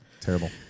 Terrible